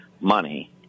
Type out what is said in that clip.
money